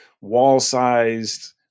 wall-sized